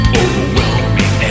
overwhelming